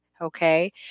okay